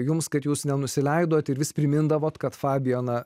jums kad jūs nenusileidote ir vis primindavo kad fabijoną